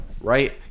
Right